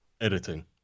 Editing